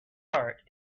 heart